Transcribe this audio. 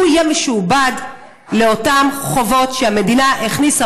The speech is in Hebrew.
הוא יהיה משועבד לאותם חובות שהמדינה הכניסה